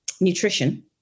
nutrition